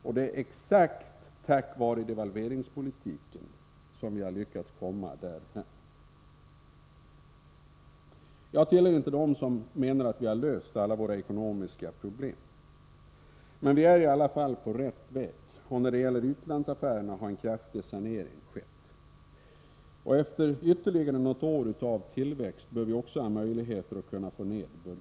Och det är just tack vare devalveringspolitiken som vi har lyckats komma därhän. Jag tillhör inte dem som menar att vi har löst alla våra ekonomiska problem, men vi är i alla fall på rätt väg. När det gäller utlandsaffärerna har en kraftig sanering skett. Efter ytterligare något år av tillväxt bör vi också ha möjligheter att få ned budgetunderskottet.